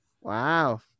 Wow